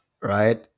right